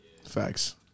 Facts